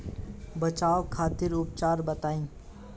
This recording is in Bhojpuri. बचाव खातिर उपचार बताई?